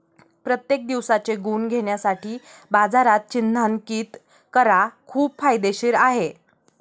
प्रत्येक दिवसाचे गुण घेण्यासाठी बाजारात चिन्हांकित करा खूप फायदेशीर आहे